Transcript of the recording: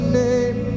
name